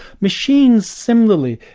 machines similarly.